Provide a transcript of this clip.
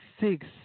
six